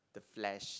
the flesh